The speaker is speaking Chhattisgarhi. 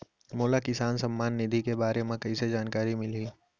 मोला किसान सम्मान निधि के बारे म कइसे जानकारी मिलही?